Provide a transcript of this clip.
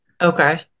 Okay